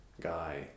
guy